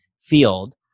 field